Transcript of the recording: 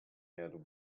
had